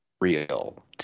real